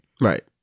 Right